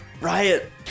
Riot